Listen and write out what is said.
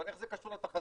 אבל איך זה קשור לתחזית?